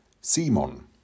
Simon